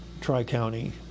Tri-County